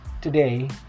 today